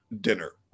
dinner